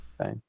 Okay